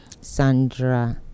Sandra